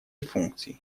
функций